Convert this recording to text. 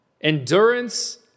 Endurance